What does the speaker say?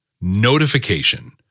Notification